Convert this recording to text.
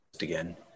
again